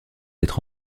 être